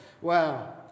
Wow